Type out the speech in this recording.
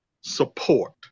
support